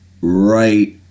right